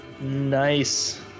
Nice